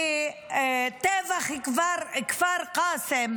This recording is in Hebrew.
בטבח כפר קאסם,